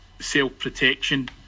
self-protection